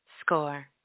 score